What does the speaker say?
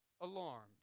alarmed